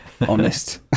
Honest